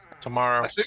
Tomorrow